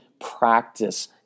practice